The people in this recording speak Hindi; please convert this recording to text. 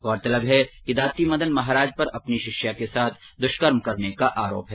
गौरतलब है कि दाती मदन महाराज पर अपनी शिष्या के साथ दुष्कर्म करने का आरोप है